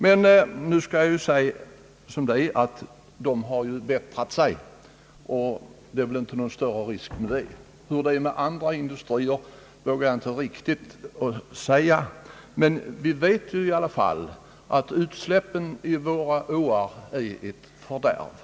Men jag skall säga som det är, att den industrin har bättrat sig, och det är väl inte någon större risk här längre, Hur det är med andra industrier vågar jag inte säga, men vi vet ju i alla fall att utsläppen i våra åar är ett fördärv.